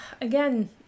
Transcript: again